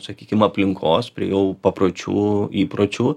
sakykim aplinkos prie jau papročių įpročių